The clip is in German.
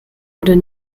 oder